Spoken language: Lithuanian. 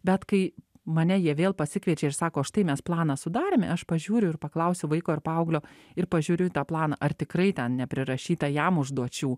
bet kai mane jie vėl pasikviečia ir sako štai mes planą sudarėme aš pažiūriu ir paklausiu vaiko ar paauglio ir pažiūriu į tą planą ar tikrai ten neprirašyta jam užduočių